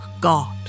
God